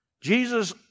Jesus